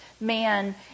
man